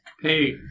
Hey